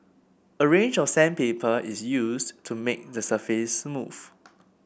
a range of sandpaper is used to make the surface smooth